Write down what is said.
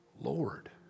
Lord